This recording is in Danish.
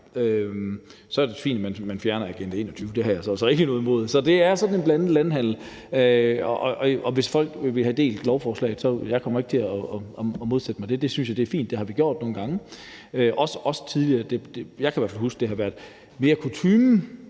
Så er det fint, at man fjerner Agenda 21. Det har jeg så ikke noget imod. Så det er sådan en blandet landhandel, og hvis folk vil have delt lovforslaget, kommer jeg ikke til at modsætte mig det. Det synes jeg er fint. Det har vi gjort nogle gange tidligere. Jeg kan i hvert fald huske, at det ofte har været kutyme,